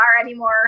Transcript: anymore